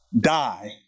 die